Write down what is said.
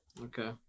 Okay